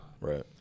Right